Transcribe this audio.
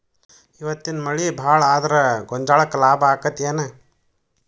ಇವತ್ತಿನ ಮಳಿ ಭಾಳ ಆದರ ಗೊಂಜಾಳಕ್ಕ ಲಾಭ ಆಕ್ಕೆತಿ ಏನ್?